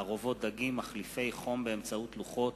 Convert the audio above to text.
תערובות דגים, מחליפי חום באמצעות לוחות,